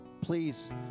Please